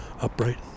upright